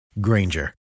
Granger